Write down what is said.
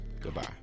Goodbye